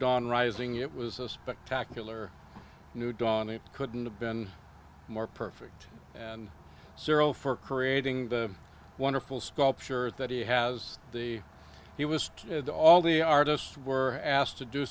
dawn rising it was a spectacular new dawn it couldn't have been more perfect and zero for creating the wonderful sculpture that he has the he was the all the artists were asked to do